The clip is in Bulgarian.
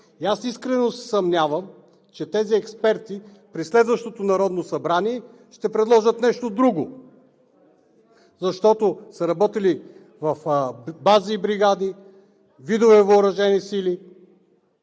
И аз искрено се съмнявам, че тези експерти при следващото Народно събрание ще предложат нещо друго. Защото са работили в бази и бригади, видове въоръжени сили,